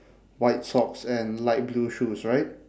white socks and light blue shoes right